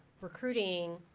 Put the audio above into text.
recruiting